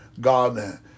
God